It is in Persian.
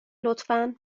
لطفا